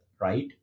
right